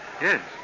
Yes